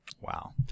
Wow